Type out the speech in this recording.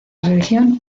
religión